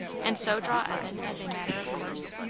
and so draw evan as a matter of course?